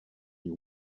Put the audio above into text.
your